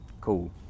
cool